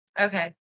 Okay